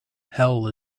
hell